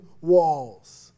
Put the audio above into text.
walls